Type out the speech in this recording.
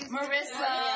Marissa